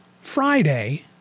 Friday